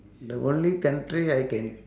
the only country I can